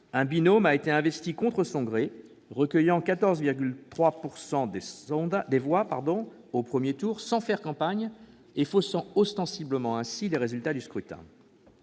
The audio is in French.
un binôme a été investi contre son gré, recueillant 14,3 % des voix au premier tour sans faire campagne et faussant ostensiblement les résultats du scrutin.